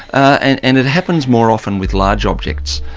and and it happens more often with large objects,